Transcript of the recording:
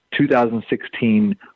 2016